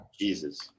Jesus